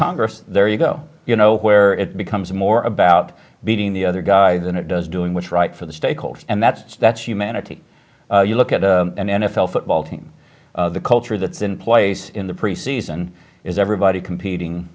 congress there you go you know where it becomes more about beating the other guy than it does doing which right for the stakeholders and that's that's humanity you look at an n f l football team the culture that's in place in the preseason is everybody competing